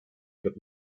but